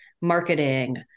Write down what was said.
marketing